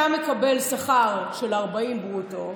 אתה מקבל שכר של 40 ברוטו.